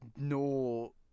no